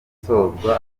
gusozwa